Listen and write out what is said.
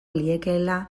liekeela